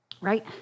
right